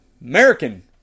American